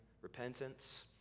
repentance